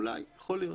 אולי, יכול להיות.